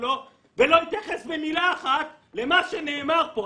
לו ולא מתייחס במילה אחת למה שנאמר פה.